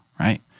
right